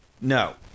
no